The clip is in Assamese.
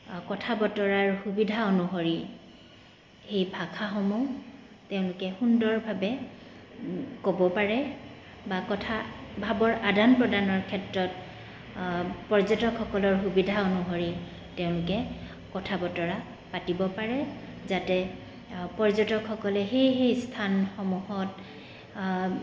কথা বতৰাৰ সুবিধা অনুসৰি সেই ভাষাসমূহ তেওঁলোকে সুন্দৰভাৱে ক'ব পাৰে বা কথা ভাৱৰ আদান প্ৰদানৰ ক্ষেত্ৰত পৰ্যটকসকলৰ সুবিধা অনুসৰি তেওঁলোকে কথা বতৰা পাতিব পাৰে যাতে পৰ্যটকসকলে সেই সেই স্থানসমূহত